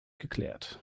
geklärt